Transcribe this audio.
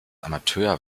amateur